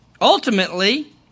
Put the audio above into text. Ultimately